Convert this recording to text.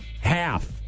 Half